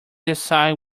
decide